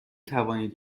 توانید